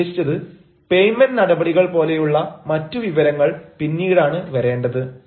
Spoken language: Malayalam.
ഞാൻ ഉദ്ദേശിച്ചത് പെയ്മെന്റ് നടപടികൾ പോലെയുള്ള മറ്റു വിവരങ്ങൾ പിന്നീടാണ് വരേണ്ടത്